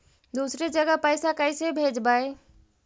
दुसरे जगह पैसा कैसे भेजबै?